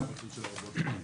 מה המחיר של הרובוטים החדשים?